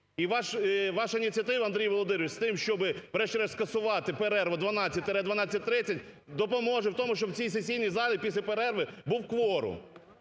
І ваша ініціатива, Андрій Володимирович, з тим, щоб врешті-решт скасувати перерву 12.00-12.30, допоможе в тому, щоб в цій сесійній залі після перерви був кворум.